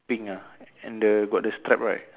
pink ah and the got the straps right